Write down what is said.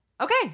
Okay